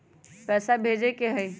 पैसा भेजे के हाइ?